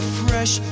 fresh